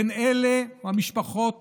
בין המשפחות